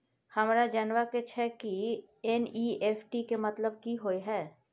हमरा जनबा के छै की एन.ई.एफ.टी के मतलब की होए है?